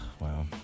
Wow